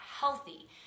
healthy